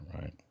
right